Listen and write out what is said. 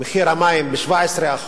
מחיר המים ב-17%.